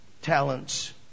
Talents